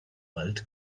bald